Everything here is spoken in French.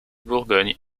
bourgogne